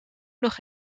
nog